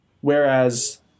Whereas